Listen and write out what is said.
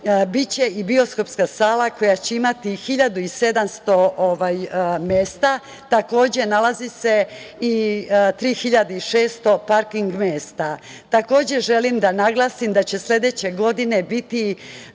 biće i bioskopska sala koja će imati 1.700 mesta, nalazi se i 3.600 parking mesta. Takođe, želim da naglasim da će sledeće godine biti